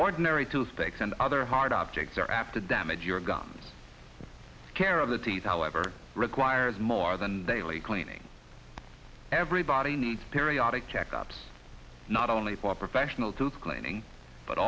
ordinary to steaks and other hard objects are apt to damage your gums care of the teeth however requires more than daily cleaning everybody needs periodic checkups not only for professional tooth cleaning but